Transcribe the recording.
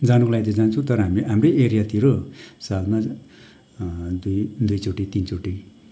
जानुको लागि चै जान्छौँ तर हामी हाम्रै एरियातिर सालमा दुई दुई चोटि तिन चोटि